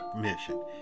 mission